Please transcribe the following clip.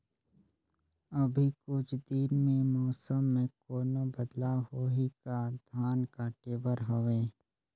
अभी कुछ दिन मे मौसम मे कोनो बदलाव होही का? धान काटे बर हवय?